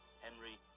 Henry